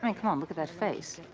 and come on, look at that face.